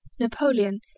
napoleon